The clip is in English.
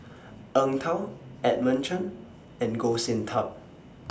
Eng Tow Edmund Chen and Goh Sin Tub